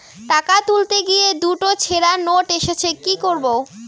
টাকা তুলতে গিয়ে দুটো ছেড়া নোট এসেছে কি করবো?